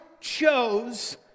chose